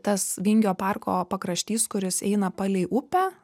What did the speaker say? tas vingio parko pakraštys kuris eina palei upę